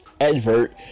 advert